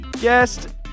guest